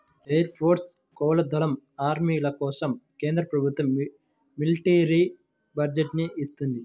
air force, నౌకా దళం, ఆర్మీల కోసం కేంద్ర ప్రభుత్వం మిలిటరీ బడ్జెట్ ని ఇత్తంది